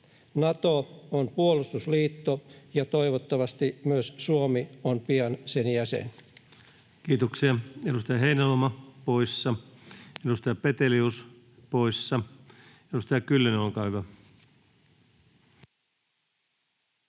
Nato on puolustusliitto, ja toivottavasti myös Suomi on pian sen jäsen. Kiitoksia. — Edustaja Heinäluoma, poissa. Edustaja Petelius, poissa. — Edustaja Kyllönen, olkaa hyvä.